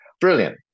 brilliant